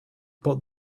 but